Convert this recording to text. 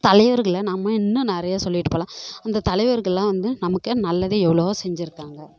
தலைவர்களை நாம் இன்னும் நிறையா சொல்லிட்டே போகலாம் அந்த தலைவர்களெலாம் வந்து நமக்கு நல்லது எவ்வளவோ செஞ்சுருக்காங்க